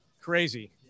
crazy